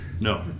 No